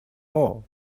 all